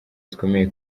zikomeye